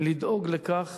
לדאוג לכך